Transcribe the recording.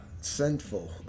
sinful